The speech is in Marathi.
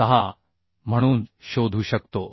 86 म्हणून शोधू शकतो